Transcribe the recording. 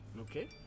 Okay